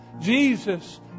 Jesus